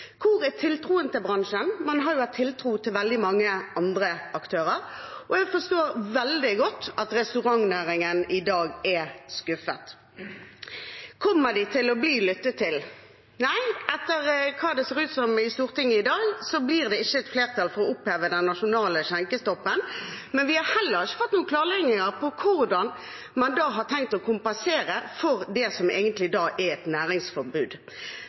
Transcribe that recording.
Hvor er tiltroen til bransjen? Man har jo hatt tiltro til veldig mange andre aktører. Jeg forstår veldig godt at restaurantnæringen er skuffet i dag. Kommer de til å bli lyttet til? Nei, slik det ser ut i Stortinget i dag, blir det ikke et flertall for å oppheve den nasjonale skjenkestoppen. Vi har heller ikke fått noen klargjøring av hvordan man har tenkt å kompensere for det som da er et næringsforbud.